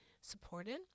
supported